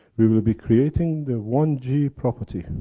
we will be creating the one g property.